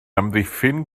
amddiffyn